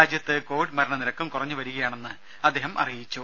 രാജ്യത്ത് കോവിഡ് മരണനിരക്കും കുറഞ്ഞു വരികയാണെന്ന് അദ്ദേഹം അറിയിച്ചു